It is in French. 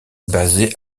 basé